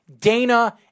Dana